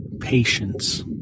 patience